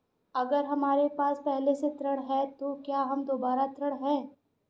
अगर हमारे पास पहले से ऋण है तो क्या हम दोबारा ऋण हैं?